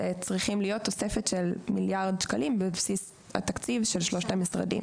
צריכה להיות תוספת של מיליארד שקלים בבסיס התקציב של שלושת המשרדים,